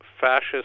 fascist